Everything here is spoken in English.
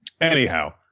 anyhow